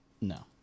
no